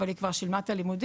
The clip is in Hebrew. אבל היא כבר שילמה את הלימודים,